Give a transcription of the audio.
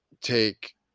take